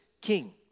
king